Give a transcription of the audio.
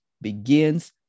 begins